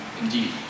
indeed